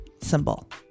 symbol